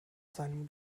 seinem